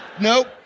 Nope